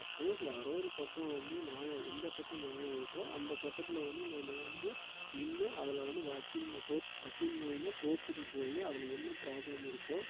suppose யாரோ ஒரு பக்கம் வந்து நியாயம் எந்த பக்கம் நியாயம் இருக்கோ அந்த பக்கத்தில் வந்து நம்ம வந்து நின்று அதில் வந்து வக்கீல் கோர்ட் வக்கீல் மூலியமாக கோர்ட்டுக்கு போய் அதில் என்ன ப்ராப்ளம் இருக்கோ